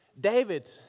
David